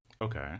Okay